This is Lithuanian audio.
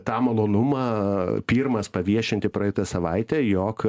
tą malonumą pirmas paviešinti praeitą savaitę jog